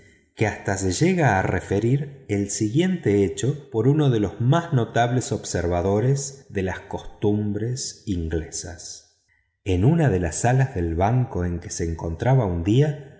que hasta se llega a referir el siguiente hecho por uno de los más notables observadores de las costumbres inglesas en una de las salas del banco en que se encontraba un día